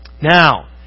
Now